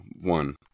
one